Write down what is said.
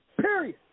period